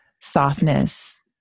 softness